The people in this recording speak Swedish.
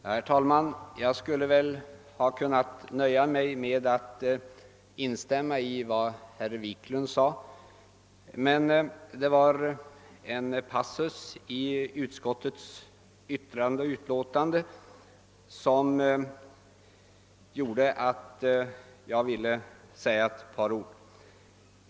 Herr talman! Jag skulle ha kunnat nöja mig med att instämma i vad herr Wiklund i Stockholm sade, men en passus i utskottets utlåtande föranleder mig att säga några ord.